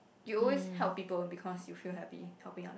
you always help people because you feel happy helping other